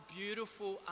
beautiful